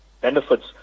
benefits